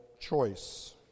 choice